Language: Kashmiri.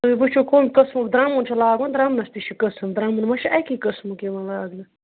تُہۍ وٕچھو کٕم قٕسمُک درٛمُن چھُ لاگُن درٛمنَس تہِ چھِ قسٕم درٛمُن ما چھِ اَکے قٕسمُک یِوان لاگنہٕ